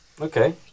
okay